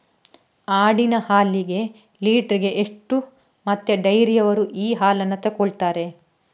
ಆಡಿನ ಹಾಲಿಗೆ ಲೀಟ್ರಿಗೆ ಎಷ್ಟು ಮತ್ತೆ ಡೈರಿಯವ್ರರು ಈ ಹಾಲನ್ನ ತೆಕೊಳ್ತಾರೆ?